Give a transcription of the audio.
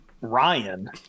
Ryan